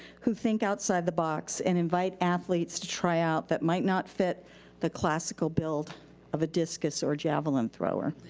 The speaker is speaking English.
who think outside the box and invite athletes to try out that might not fit the classical build of a discus or a javelin thrower.